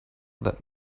that